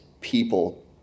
people